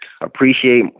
appreciate